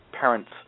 parents